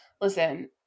Listen